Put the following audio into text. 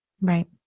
Right